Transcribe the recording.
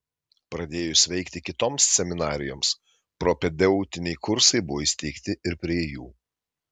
pradėjus veikti kitoms seminarijoms propedeutiniai kursai buvo įsteigti ir prie jų